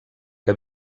que